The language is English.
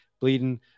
bleeding